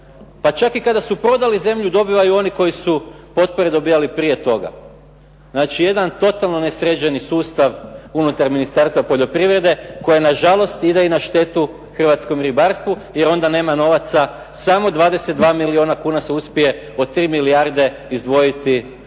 pa čak i kada su prodali potpore, dobivaju potpore oni koji su dobivali prije toga. Znači jedan totalno nesređeni sustav unutar Ministarstva poljoprivrede, koji ide na žalost na štetu Hrvatskom ribarstvu jer onda nema novaca, samo 22 milijuna kuna se uspije od 3 milijarde izdvojiti za